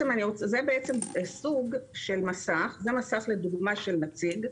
זה מסך לדוגמה של נציג.